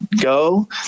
go